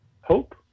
hope